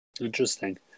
Interesting